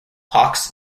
hawks